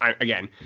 again